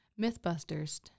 Mythbusters